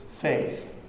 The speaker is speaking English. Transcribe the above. faith